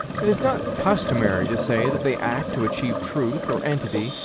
it is not customary to say that they act to achieve truth or entity,